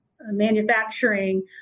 manufacturing